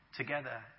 together